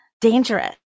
dangerous